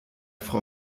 frau